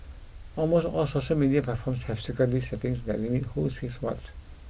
almost all social media platforms have security settings that limit who sees what